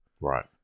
Right